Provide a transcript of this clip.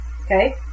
okay